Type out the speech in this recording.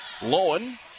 Lowen